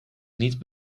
niet